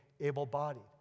able-bodied